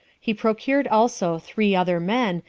he procured also three other men,